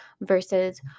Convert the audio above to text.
versus